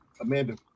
Amanda